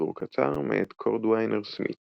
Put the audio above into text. - סיפור קצר מאת קורדוויינר סמית